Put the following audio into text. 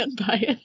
unbiased